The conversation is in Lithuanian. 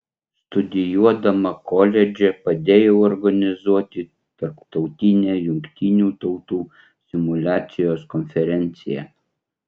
studijuodama koledže padėjau organizuoti tarptautinę jungtinių tautų simuliacijos konferenciją